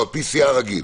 PCR רגיל.